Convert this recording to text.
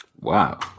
Wow